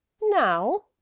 no,